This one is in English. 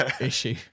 issue